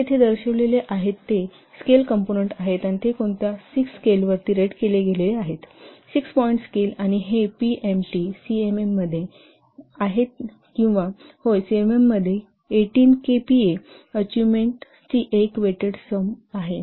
तर ते येथे दर्शविलेले आहेत हे स्केल कंपोनंन्ट आहेत आणि ते कोणत्या 6 स्केलवर रेट केले गेले आहेत 6 पॉईंट स्केल हे पीएमएटी सीएमएममध्ये आहे सीएमएमआयमध्ये 18 केपीए अचिव्हमेंटची एक वेटेड सम आहे